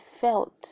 felt